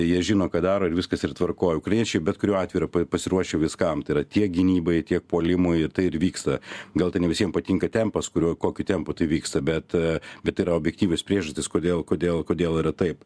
jie žino ką daro ir viskas yra tvarkoj ukrainiečiai bet kuriuo atveju yra pasiruošę viskam tai yra tiek gynybai tiek puolimui tai ir vyksta gal ten ne visiem patinka tempas kuriuo kokiu tempu tai vyksta bet bet yra objektyvios priežastys kodėl kodėl kodėl yra taip